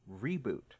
reboot